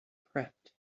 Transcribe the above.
prepped